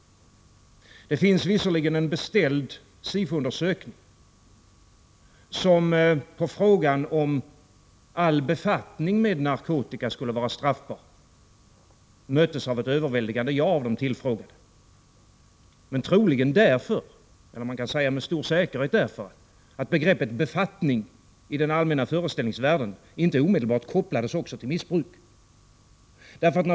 Det finns visserligen en beställd Sifo-undersökning, där frågan om all befattning med narkotika skulle vara straffbar möttes av ett överväldigande ja av de tillfrågade, troligen — eller man kan säga med stor säkerhet — därför att begreppet befattning i den allmänna föreställningsvärlden inte omedelbart kopplas också till missbruk.